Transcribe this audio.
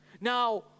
Now